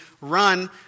run